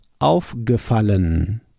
aufgefallen